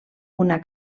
una